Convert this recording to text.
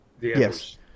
yes